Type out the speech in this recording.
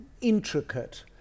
intricate